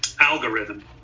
algorithm